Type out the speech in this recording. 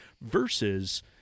versus